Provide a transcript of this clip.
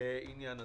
לעניין הזה.